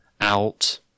out